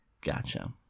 Gotcha